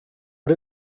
but